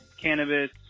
cannabis